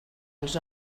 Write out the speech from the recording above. els